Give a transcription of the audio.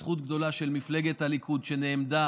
זו זכות גדולה של מפלגת הליכוד, שנעמדה